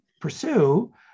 pursue